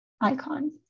icon